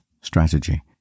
strategy